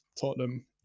Tottenham